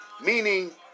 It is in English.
Meaning